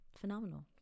phenomenal